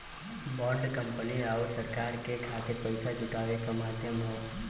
bond company आउर सरकार के खातिर पइसा जुटावे क माध्यम हौ